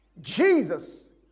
Jesus